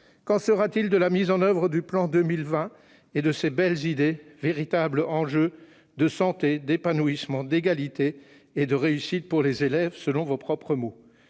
Qu'en sera-t-il de la mise en oeuvre du plan 2020 et de ses belles idées, « véritable enjeu de santé, d'épanouissement, d'égalité et de réussite pour les élèves », selon vos propres mots ?